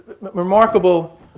remarkable